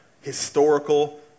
historical